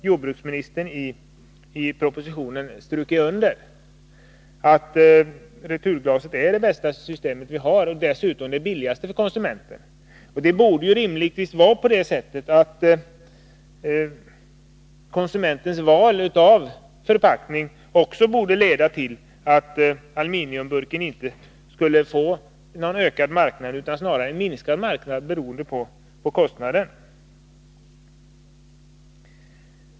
Jordbruksministern har också strukit under det i propositionen. Dessutom är returglaset den billigaste förpackningen för konsumenten. Det borde rimligtvis vara på det sättet att konsumentens val av förpackning leder till att aluminiumburken inte får någon ökad marknad utan snarare en minskad marknad, beroende på kostnaden.